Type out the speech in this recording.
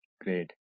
Great